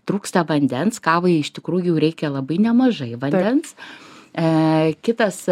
trūksta vandens kavai iš tikrųjų reikia labai nemažai vandens e kitas